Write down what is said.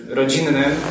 rodzinnym